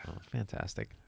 fantastic